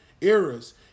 eras